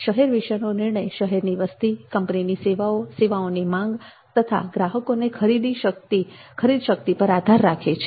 શહેર વિશેનો નિર્ણય શહેરની વસ્તી કંપનીની સેવાઓ સેવાઓની માંગ તથા ગ્રાહકોને ખરીદી શકતી પર આધાર રાખે છે